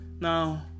Now